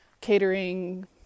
catering